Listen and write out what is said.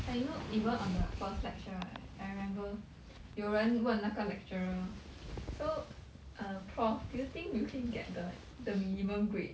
like you know even one the first lecture right I remember 有人问那个 lecturer so err prof do you think you can get the the minimum grade